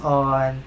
on